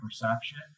perception